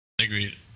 Agreed